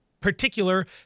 particular